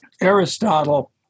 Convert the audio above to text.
Aristotle